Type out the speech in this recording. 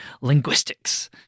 linguistics